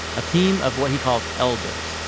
a team of what he calls elders,